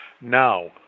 Now